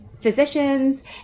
physicians